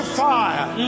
fire